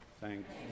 Thanks